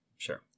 Sure